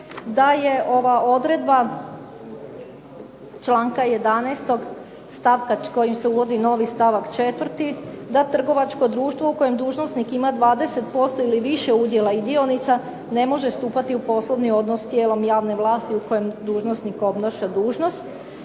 da je ova odredba članka 11. kojim se uvodi novi stavak 4. da trgovačko društvo u kojem dužnosnik ima 20% ili više udjela i dionica ne može stupati u poslovni odnos s tijelom javne vlasti u kojem dužnosnik obnaša dužnost.